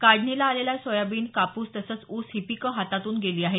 काढणीला आलेली सोयाबीन कापूस तसंच ऊस ही पिकं हातातून गेली आहेत